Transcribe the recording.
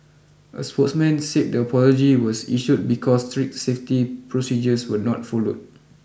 a spokesman said the apology was issued because strict safety procedures were not followed